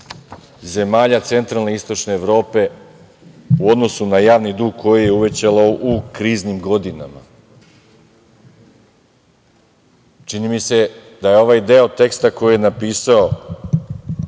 zemalja centralne i istočne Evrope u odnosu na javni dug koji je uvećala u kriznim godinama. Čini mi se da je ovaj deo teksta koji je napisao